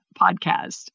podcast